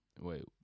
Wait